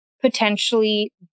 potentially